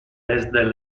desde